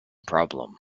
problem